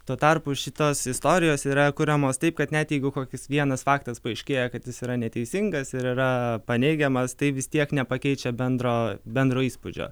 tuo tarpu šitos istorijos yra kuriamos taip kad net jeigu koks vienas faktas paaiškėja kad jis yra neteisingas ir yra paneigiamas tai vis tiek nepakeičia bendro bendro įspūdžio